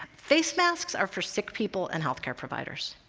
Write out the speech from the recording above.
face masks are for sick people and health care providers.